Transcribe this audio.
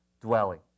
dwelling